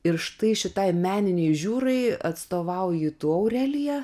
ir štai šitai meninei žiūrai atstovauji tu aurelija